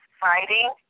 fighting